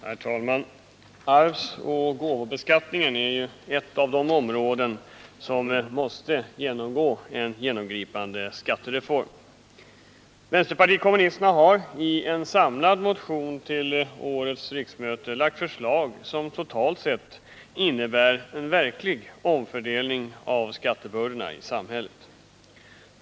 Herr talman! Arvsoch gåvobeskattningen är ett av de områden på vilka en genomgripande skattereform måste ske. Vpk har i en samlad motion till årets riksdag lagt förslag som totalt sett innebär en verklig omfördelning av skattebördorna i samhället.